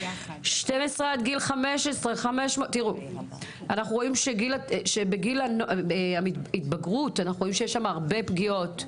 15-12 500. אנחנו רואים שבגיל ההתבגרות יש הרבה פגיעות.